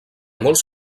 molts